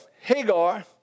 Hagar